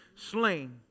slain